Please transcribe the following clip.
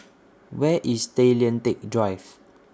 Where IS Tay Lian Teck Drive